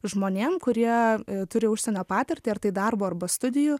žmonėm kurie turi užsienio patirtį ar tai darbo arba studijų